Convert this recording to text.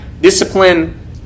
discipline